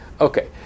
Okay